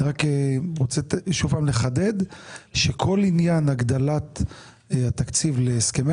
אני רוצה שוב לחדד ולומר שכל עניין הגדלת התקציב להסכמי